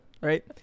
right